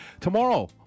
Tomorrow